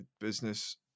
business